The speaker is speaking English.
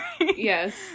Yes